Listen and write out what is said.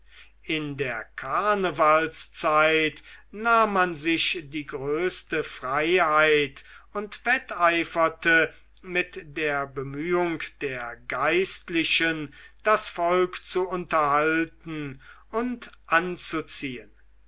in der karnevalszeit nahm man sich die größte freiheit und wetteiferte mit der bemühung der geistlichen das volk zu unterhalten und anzuziehen